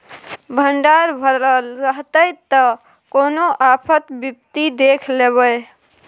भंडार भरल रहतै त कोनो आफत विपति देख लेबै